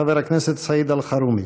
חבר הכנסת סעיד אלחרומי.